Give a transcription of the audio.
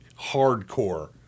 hardcore